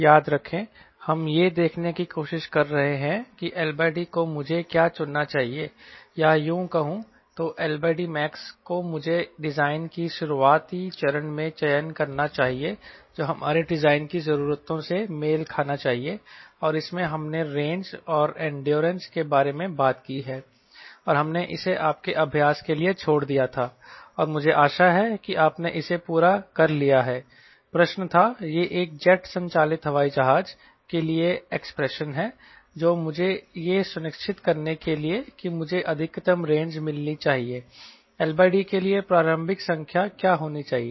याद रखें हम यह देखने की कोशिश कर रहे हैं कि LD को मुझे क्या चुनना चाहिए या यूं कहूं तो LDmax को मुझे डिजाइन के शुरुआती चरण में चयन करना चाहिए जो हमारे डिजाइन की जरूरतों से मेल खाना चाहिएऔर इसमें हमने रेंज और एंडोरेंस के बारे में बात की है और हमने इसे आपके अभ्यास के लिए छोड़ दिया था और मुझे आशा है कि आपने इसे पूरा कर लिया है प्रश्न था यह एक जेट संचालित हवाई जहाज के लिए एक्सप्रेशन है तो मुझे यह सुनिश्चित करने के लिए कि मुझे अधिकतम रेंज मिलनी चाहिए LD के लिए प्रारंभिक संख्या क्या होनी चाहिए